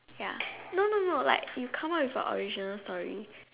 ya no no no like you come up with a original story